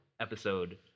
episode